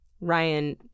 ryan